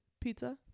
Pizza